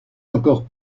encore